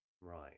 Right